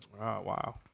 Wow